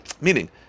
meaning